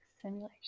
simulation